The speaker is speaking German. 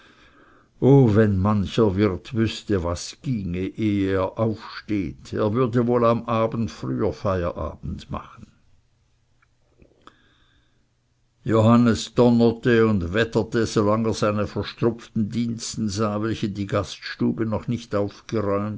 o wenn mancher wirt wußte was ginge ehe er aufsteht er würde wohl am abend früher feierabend machen johannes donnerte und wetterte solange er seine verstrupften diensten sah welche die gaststube noch nicht aufgeräumt